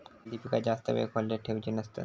खयली पीका जास्त वेळ खोल्येत ठेवूचे नसतत?